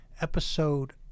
episode